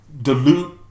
dilute